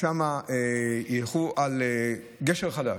ושם ילכו על גשר חדש.